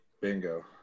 Bingo